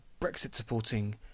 Brexit-supporting